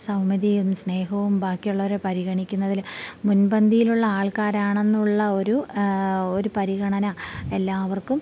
സൗമ്യതയും സ്നേഹവും ബാക്കിയുള്ളവരെ പരിഗണിക്കുന്നതിൽ മുൻപന്തിയിലുള്ള ആൾക്കാരാണെന്നുള്ള ഒരു ഒരു പരിഗണന എല്ലാവർക്കും